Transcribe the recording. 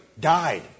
died